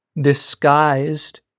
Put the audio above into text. Disguised